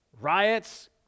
riots